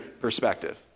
perspective